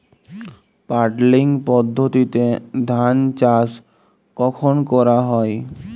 Puddling পদ্ধতিতে ধান চাষ কখন করা হয়?